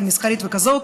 מסחרית וכזאת,